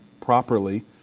properly